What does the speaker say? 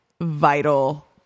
vital